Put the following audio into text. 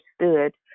understood